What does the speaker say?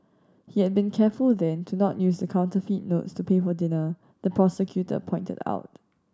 he had been careful then to not use the counterfeit notes to pay for dinner the prosecutor pointed out